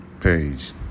Page